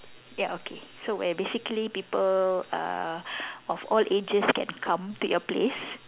ya okay so where basically people uh of all ages can come to your place